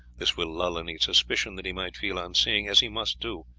this will lull any suspicion that he might feel on seeing, as he must do,